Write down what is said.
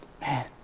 Man